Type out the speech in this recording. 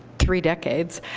three decades.